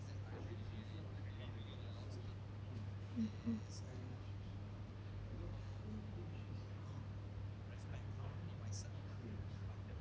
mmhmm